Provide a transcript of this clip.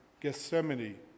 Gethsemane